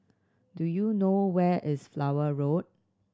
do you know where is Flower Road